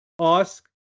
ask